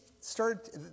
started